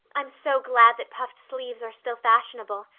i'm so glad that puffed sleeves are still fashionable.